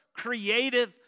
creative